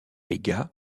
légat